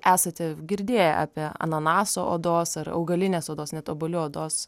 esate girdėję apie ananaso odos ar augalinės odos net obuolių odos